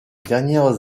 dernières